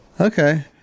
Okay